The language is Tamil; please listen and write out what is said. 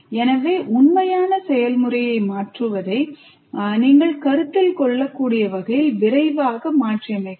எனவே உண்மையான செயல்முறையை மாற்றுவதை நீங்கள் கருத்தில் கொள்ளக்கூடிய வகையில் விரைவாக மாற்றியமைக்கலாம்